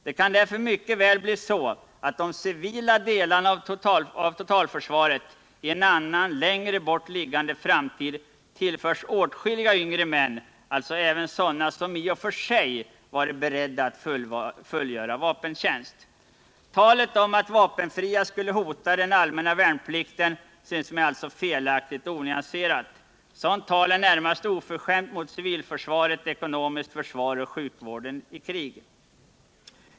Det kan därför mycket väl bli så, att de civila delarna av totalförsvaret i en annan, längre bort liggande framtid tillförs åtskilliga yngre män, alltså även sådana som i och för sig skulle ha varit beredda att fullgöra vapentjänst. Talet om att vapenfria skulle hota den allmänna värnplikten synes mig alltså felaktigt och onyanserat. Sådant tal är närmast oförskämt mot civilförsvaret, det ekonomiska försvaret och sjukvården i krig.